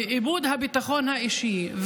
ואיבוד הביטחון האישי,